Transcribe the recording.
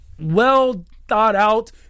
well-thought-out